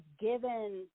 given